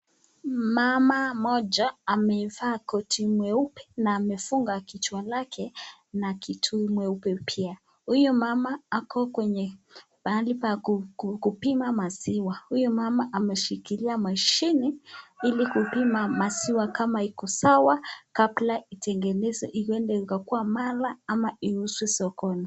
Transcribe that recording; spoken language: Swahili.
Mama mmoja amevaa koti nyeupe na amefunga kichwa lake na kitu mweupe pia. Huyu mama ako mahali pa kupima maziwa huyu mama ameshikilia mashine ili kupima maziwa iko sawa kabla itengenezwe iende ikakuwe mala ama iuzwe sokoni.